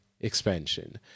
expansion